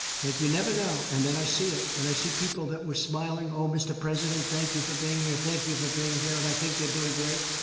that you never know. and then i see it. and i see people that were smiling, oh, mr. president, thank you for being here. thank you for being here. and i think they're doing great.